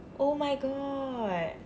oh my god